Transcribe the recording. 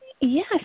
Yes